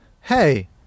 Hey